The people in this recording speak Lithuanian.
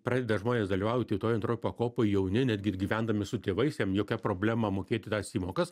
pradeda žmonės dalyvauti toj antroj pakopoj jauni netgi gyvendami su tėvais jam jokia problema mokėti tas įmokas